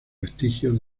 vestigios